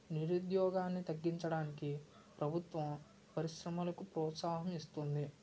నిరుద్యోగాన్ని తగ్గించడానికి ప్రభుత్వం పరిశ్రమలకు ప్రోత్సాహం ఇస్తుంది